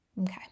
okay